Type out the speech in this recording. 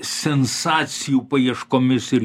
sensacijų paieškomis ir